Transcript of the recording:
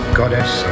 goddess